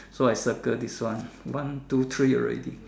so I circle this one one two three already